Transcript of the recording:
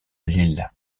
lille